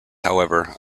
however